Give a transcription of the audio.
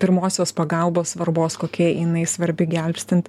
pirmosios pagalbos svarbos kokia jinai svarbi gelbstint